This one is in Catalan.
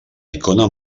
icona